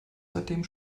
seitdem